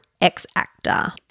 ex-actor